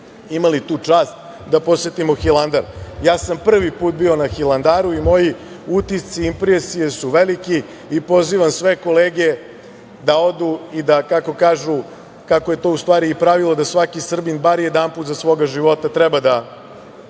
imali tu čast da posetimo Hilandar. Ja sam prvi put bio na Hilandaru i moji utisci i impresije su veliki i pozivam sve kolege da odu i da, kako kažu i kako je to u stvari i pravilo, da svaki Srbin bar jedanput za svoga života treba da